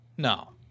no